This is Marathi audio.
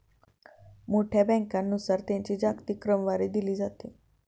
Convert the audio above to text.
मोठ्या बँकांनुसार त्यांची जागतिक क्रमवारी दिली जाते